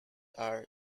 are